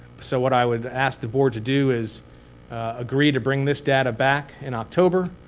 so what i would ask the board to do is agree to bring this data back in october